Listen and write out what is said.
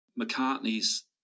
McCartney's